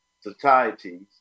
societies